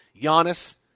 Giannis